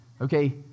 okay